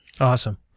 Awesome